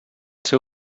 seu